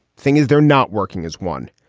thing is, they're not working as one.